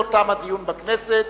לא תם הדיון בכנסת.